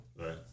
right